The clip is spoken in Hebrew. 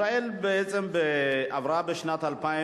אותי באופן אישי הוא הריץ לכנסת בפעם